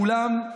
כולם,